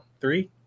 three –